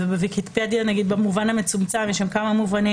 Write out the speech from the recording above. בוויקיפדיה במובן המצומצם, יש שם כמה מובנים.